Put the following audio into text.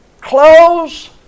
close